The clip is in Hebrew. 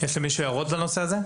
יש למישהו הערות בנושא הזה?